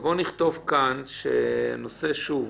יש עבירות שהן ייחודיות לאזור,